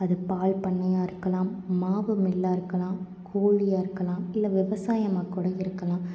அது பால்பண்ணையாக இருக்கலாம் மாவு மில்லாக இருக்கலாம் கோழியாக இருக்கலாம் இல்லை விவசாயமாக கூட இருக்கலாம்